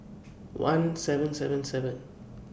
one seven seven seven